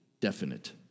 definite